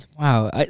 Wow